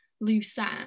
Lucette